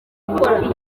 ukora